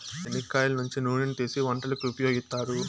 చెనిక్కాయల నుంచి నూనెను తీసీ వంటలకు ఉపయోగిత్తారు